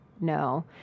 no